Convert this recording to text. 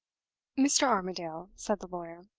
mr. armadale, said the lawyer,